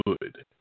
good